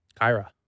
Kyra